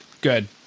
Good